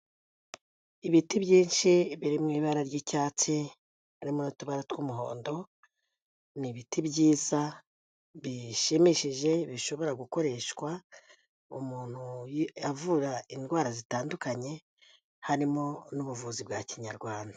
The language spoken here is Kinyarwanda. Ibiti byinshi biri mu ibara ry'icyatsi, harimo n'utubara tw'umuhondo, ni ibiti byiza bishimishije bishobora gukoreshwa umuntu avura indwara zitandukanye, harimo n'ubuvuzi bwa kinyarwanda.